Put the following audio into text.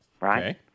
Right